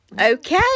Okay